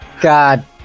God